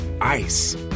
Ice